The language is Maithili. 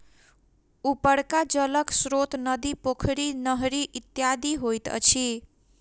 उपरका जलक स्रोत नदी, पोखरि, नहरि इत्यादि होइत अछि